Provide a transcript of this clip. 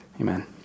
amen